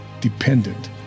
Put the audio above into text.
dependent